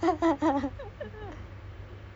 what what genre do you normally play